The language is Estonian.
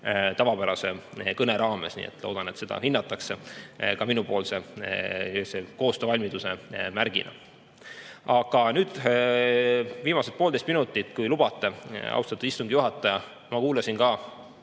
tavapärase kõne raames. Nii et loodan, et seda hinnatakse ka minu koostöövalmiduse märgina. Aga nüüd viimased poolteist minutit, kui lubate, austatud istungi juhataja. Ma kuulasin ka